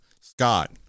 Scott